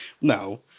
No